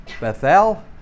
Bethel